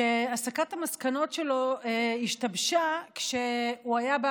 שהסקת המסקנות שלו השתבשה כשהוא היה בא